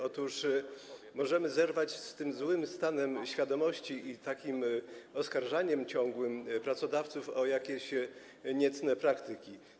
Otóż możemy zerwać z tym złym stanem świadomości i ciągłym oskarżaniem pracodawców o jakieś niecne praktyki.